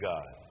God